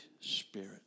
Spirit